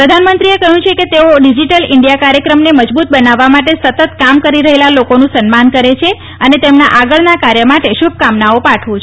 પ્રધાનમંત્રીએ કહ્યું છે કે તેઓ ડિજીટલ ઇન્ડિયા કાર્યક્રમને મજબૂત બનાવવા માટે સતત કામ કરી રહેલા લોકોનું સન્માન કરે છે અને તેમના આગળના કાર્ય માટે શુભકામનાઓ પાઠવું છૂં